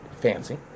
Fancy